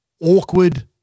awkward